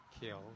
kill